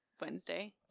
Wednesday